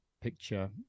picture